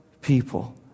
people